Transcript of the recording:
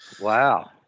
Wow